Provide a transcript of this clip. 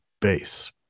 base